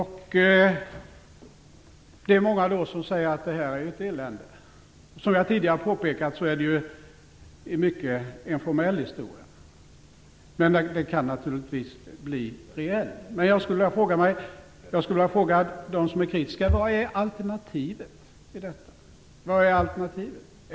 Det är många som då säger: Detta är ju ett elände! Som jag tidigare påpekat är det till stor del en formell historia, men den kan naturligtvis bli reell. Jag skulle vilja fråga dem som är kritiska: Vad är alternativet?